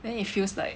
then it feels like